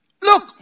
Look